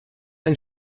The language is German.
ein